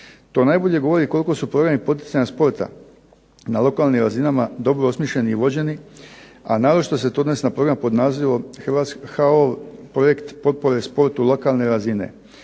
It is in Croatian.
To najbolje govori koliko su programi poticanja sporta na lokalnim razinama dobro osmišljeni i vođeni, a naročito se to odnosi na program pod nazivom HO projekt potpore sportu lokalne razine,